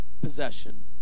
possession